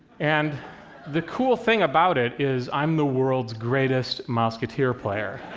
and the cool thing about it is i'm the world's greatest mouseketeer player.